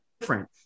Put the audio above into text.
different